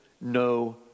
no